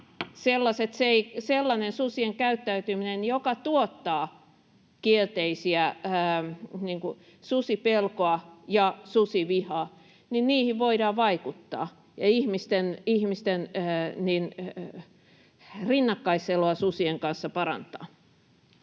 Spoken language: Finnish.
susien käyttäytymiseen, joka tuottaa kielteisiä vaikutuksia, niin kuin susipelkoa ja susivihaa, voidaan vaikuttaa ja ihmisten rinnakkaiseloa susien kanssa parantaa.